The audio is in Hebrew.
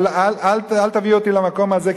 אבל אל תביא אותי למקום הזה,